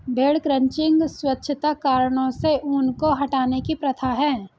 भेड़ क्रचिंग स्वच्छता कारणों से ऊन को हटाने की प्रथा है